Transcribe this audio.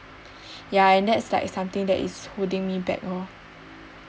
ya and that's like something that is holding me back lor